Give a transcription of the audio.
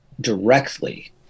directly